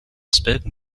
spoken